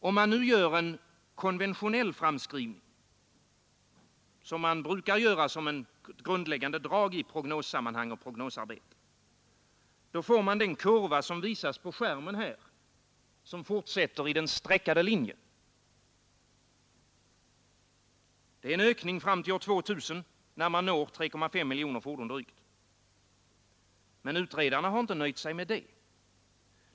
Om man nu gör en konventionell framskrivning, som man brukar göra som ett grundläggande drag i prognossammanhang, får man den kutva som nu visas på kammarens bildskärm. Det blir en ökning fram till år 2000, när man når drygt 3,5 miljoner fordon. Men utredarna har inte nöjt sig med detta.